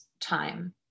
time